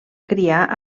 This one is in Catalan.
criar